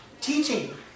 teaching